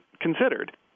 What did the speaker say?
considered